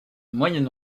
moyen